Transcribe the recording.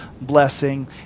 blessing